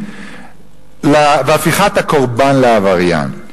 בהפיכת הקורבן לעבריין.